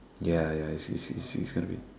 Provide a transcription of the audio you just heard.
ya ya ya is is is quite big